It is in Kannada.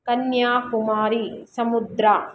ಕನ್ಯಾಕುಮಾರಿ ಸಮುದ್ರ